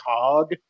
cog